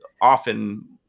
often